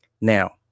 Now